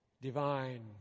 divine